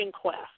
Quest